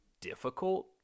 difficult